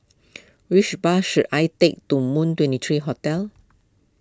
which bus should I take to Moon twenty three Hotel